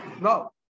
No